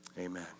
amen